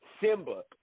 Simba